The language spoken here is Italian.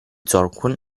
zorqun